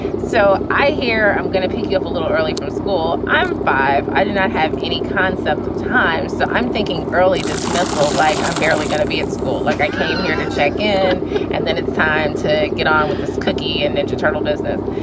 so i hear i'm going to pick you up a little early from school. i'm five. i do not have any concept of time. so i'm thinking early dismissal. like, i'm barely going to be at school. like i came here to check in and then it's time to get on with this cookie and ninja turtle business.